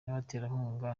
n’abaterankunga